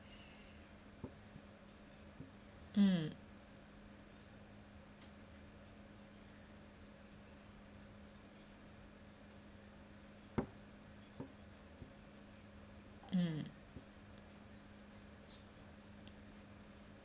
mm mm